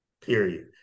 period